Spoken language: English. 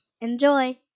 Enjoy